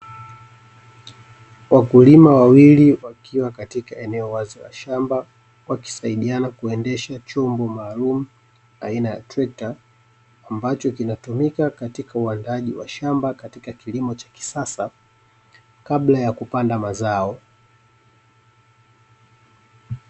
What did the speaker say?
Wakulima wawili, wakiwa katika eneo wazi la shamba, wakisaidiana kuendesha chombo maalumu aina ya trekta, ambacho kinatumika katika uandaaji wa shamba , katika kilimo cha kisasa, kabla ya kupanda mazao.